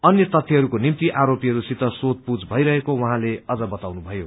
अन्य तथ्यहरूको निम्ति आरोपीहरूसित सोधपूछ भइरहेको उहाँले अझ बताउनुभयो